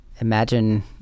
Imagine